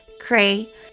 Cray